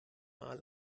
mal